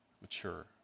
Mature